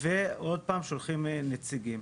ועוד פעם שולחים נציגים.